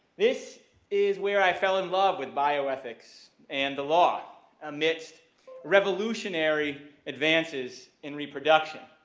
this is where i fell in love with bioethics and the law amidst revolutionary advances in reproduction.